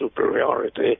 superiority